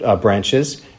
branches